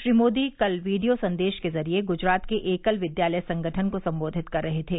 श्री मोदी कल वीडियो संदेश के जरिये गुजरात के एकल विद्यालय संगठन को संबोधित कर रहे थे